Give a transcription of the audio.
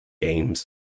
games